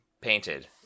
painted